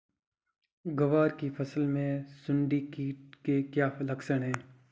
ग्वार की फसल में सुंडी कीट के क्या लक्षण है?